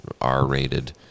R-rated